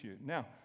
Now